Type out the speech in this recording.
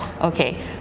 Okay